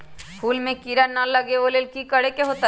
फूल में किरा ना लगे ओ लेल कि करे के होतई?